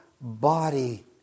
body